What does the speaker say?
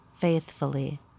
faithfully